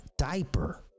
Diaper